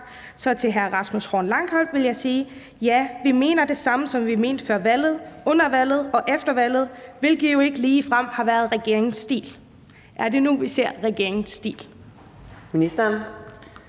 Så til hr. Rasmus Horn Langhoff vil jeg sige: Ja, vi mener det samme, som vi mente før valget, under valget og efter valget, hvilket jo ikke lige har været regeringens stil.« Er det nu, vi ser regeringens stil?